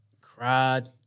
cried